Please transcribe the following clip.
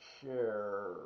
share